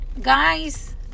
guys